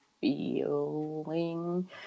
feeling